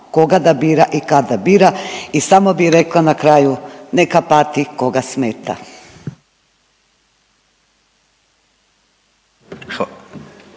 koga da bira i kad da bira. I samo bi rekla na kraju neka pati koga smeta.